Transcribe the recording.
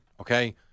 Okay